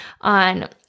on